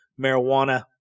marijuana